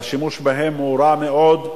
והשימוש בהם הוא רע מאוד,